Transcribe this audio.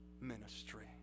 ministry